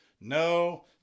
No